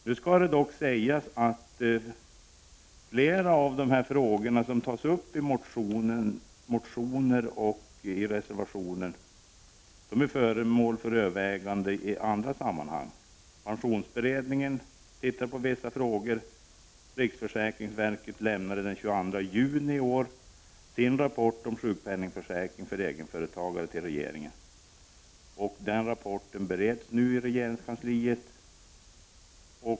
Det skall dock sägas att flera av de frågor som tas upp i motioner och i reservationen är föremål för överväganden i andra sammanhang. Pensionsberedningen utreder vissa frågor. Riksförsäkringsverket lämnade den 22 juni iår sin rapport om sjukpenningförsäkring för egenföretagare till regeringen. Rapporten bereds nu i regeringskansliet.